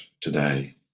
today